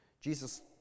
Jesus